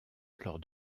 lors